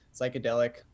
psychedelic